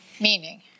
meaning